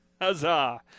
Huzzah